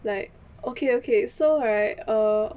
like okay okay so right err